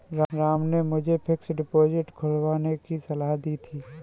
राम ने मुझे fixed deposit खुलवाने की सलाह दी थी